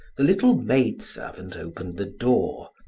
the little maid-servant opened the door.